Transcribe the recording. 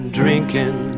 drinking